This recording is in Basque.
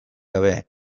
gabe